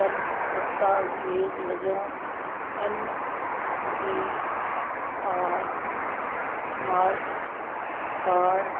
ਕਰਨ ਦਸਤਾਵੇਜ਼ ਵਜੋਂ N P R smart card